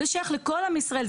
זה שייך לכל עם ישראל.